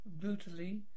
brutally